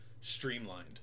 streamlined